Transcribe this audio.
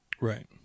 right